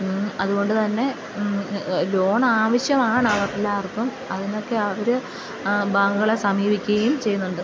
അതു കൊണ്ടു തന്നെ ലോൺ ആവശ്യമാണ് അവർ എല്ലാവർക്കും അതിനൊക്കെ അവർ ബാങ്കുകളെ സമീപിക്കുകയും ചെയ്യുന്നുണ്ട്